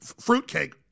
fruitcake